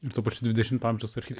ir tuo pačiu dvidešimto amžiaus archite